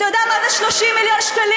אתה יודע מה זה 30 מיליון שקלים?